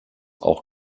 auch